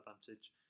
advantage